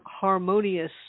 harmonious